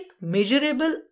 measurable